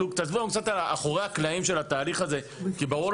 תסבירו לנו קצת על אחורי הקלעים של התהליך הזה כי לי